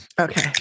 Okay